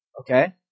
Okay